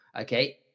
okay